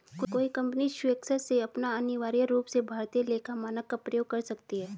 कोई कंपनी स्वेक्षा से अथवा अनिवार्य रूप से भारतीय लेखा मानक का प्रयोग कर सकती है